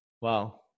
Wow